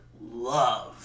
love